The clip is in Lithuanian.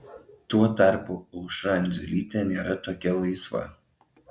tuo tarpu aušra andziulytė nėra tokia laisva